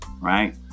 right